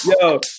Yo